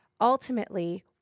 ultimately